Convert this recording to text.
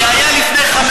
כיהודי.